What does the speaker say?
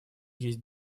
есть